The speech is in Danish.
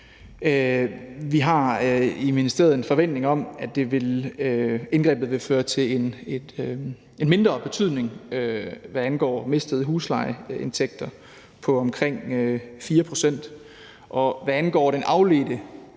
at vi i ministeriet har en forventning om, at indgrebet vil være af mindre betydning, hvad angår mistede huslejeindtægter, altså de omkring 4 pct. Og hvad angår den afledte